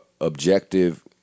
objective